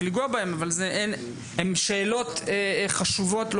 אבל יש גם שאלות פדגוגיות.